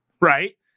Right